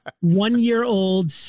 one-year-old